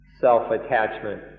self-attachment